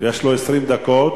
יש לו 20 דקות,